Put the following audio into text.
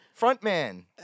Frontman